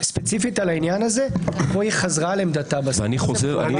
ספציפית על העניין הזה בו היא חזרה על עמדתה בסוגייה.